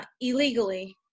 illegally